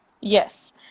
Yes